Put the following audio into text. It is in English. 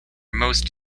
most